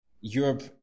Europe